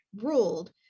ruled